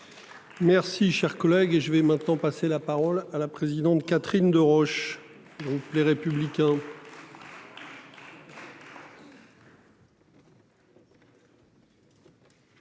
Merci cher collègue. Et je vais maintenant passer la parole à la présidente Catherine Deroche. Les républicains.